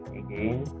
again